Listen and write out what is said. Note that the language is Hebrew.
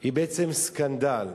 היא בעצם סקנדל.